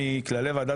אם בכלל?